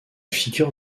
figure